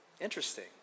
Interesting